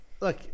look